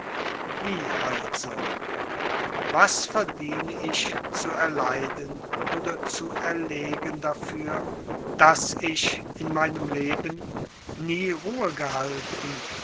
wie also was verdiene ich zu erleiden oder zu erlegen dafür daß ich in meinem leben nie ruhe gehalten